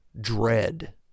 dread